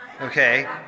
okay